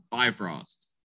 Bifrost